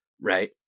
right